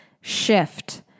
shift